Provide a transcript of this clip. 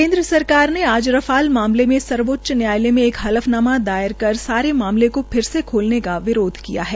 केन्द्र सरकार ने आज रफाल मामले में सर्वोच्च न्यायालय में एक हलफनामा दायर कर सारे मामले को फिर से खोलने का विरोध किया है